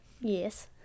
Yes